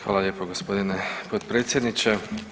Hvala lijepa g. potpredsjedniče.